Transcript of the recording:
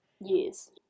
Yes